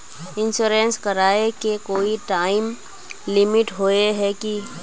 Insurance कराए के कोई टाइम लिमिट होय है की?